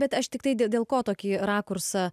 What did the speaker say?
bet aš tiktai dė dėl ko tokį rakursą